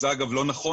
אגב, זה לא נכון.